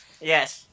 Yes